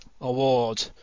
Award